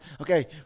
Okay